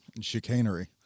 Chicanery